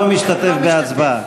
לא משתתף בהצבעה.